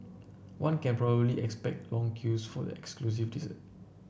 one can probably expect long queues for the exclusive dessert